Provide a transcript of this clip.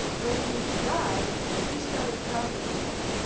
when he died, she started traveling a lot,